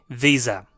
visa